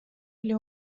эле